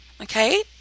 Okay